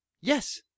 Yes